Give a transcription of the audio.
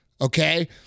Okay